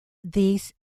these